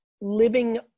living